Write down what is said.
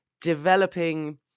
developing